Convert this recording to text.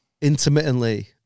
intermittently